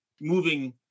moving